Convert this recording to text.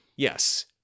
Yes